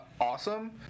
awesome